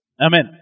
Amen